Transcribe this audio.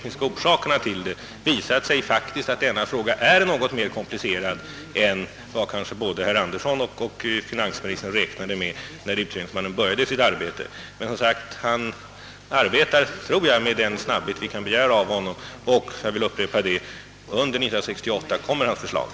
Nu har det visat sig att denna fråga är något mer komplicerad än vad både herr Andersson och finansministern räknade med när utredningsmannen började sitt arbete. Jag tror dock att han arbetar med all den snabbhet vi kan begära av honom, och hans förslag kommer att läggas fram under 1968.